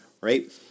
Right